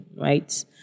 right